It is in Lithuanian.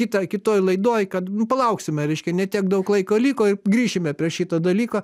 kita kitoj laidoj kad nu palauksime reiškia ne tiek daug laiko liko ir grįšime prie šito dalyko